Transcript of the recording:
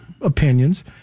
opinions